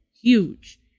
huge